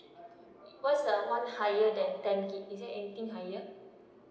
what's the month higher than ten gig is it anything higher